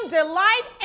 delight